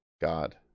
God